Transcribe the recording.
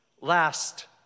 Last